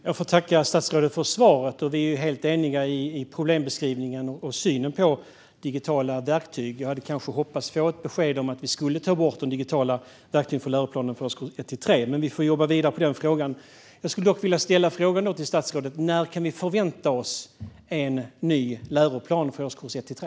Fru talman! Jag får tacka statsrådet för svaret. Vi är ju helt eniga i problembeskrivningen och synen på digitala verktyg. Jag hade kanske hoppats på att få ett besked om att vi skulle ta bort de digitala verktygen från läroplanen för årskurs 1-3, men vi får jobba vidare på den frågan. Jag skulle dock vilja fråga statsrådet: När kan vi förvänta oss en ny läroplan för årskurs 1-3?